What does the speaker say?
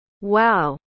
Wow